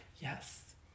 yes